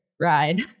ride